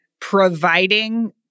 providing